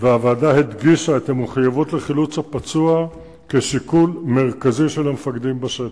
והוועדה הדגישה את המחויבות לחילוץ הפצוע כשיקול מרכזי של המפקדים בשטח.